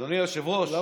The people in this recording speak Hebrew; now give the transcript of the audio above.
יש מה שנקרא